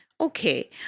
Okay